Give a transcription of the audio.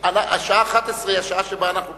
השעה 11:00 היא השעה שבה אנחנו פותחים.